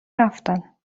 رفتن